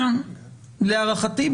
להערכתי,